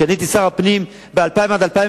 כשאני הייתי שר הפנים, ב-2000 2003